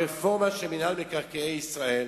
ברפורמה של מינהל מקרקעי ישראל,